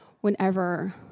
whenever